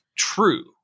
True